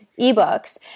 eBooks